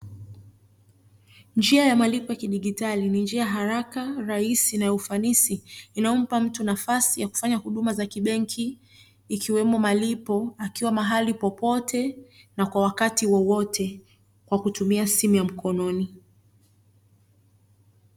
Njia ya malipo ya kidigitali ni njia haraka, rahisi na ya ufanisi inayompa mtu nafasi ya kufanya huduma za kibenki ikiwemo malipo akiwa mahali popote na kwa wakati wowote, kwa kutumia simu ya mkononi.